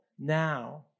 now